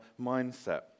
mindset